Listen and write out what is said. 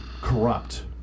corrupt